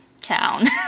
town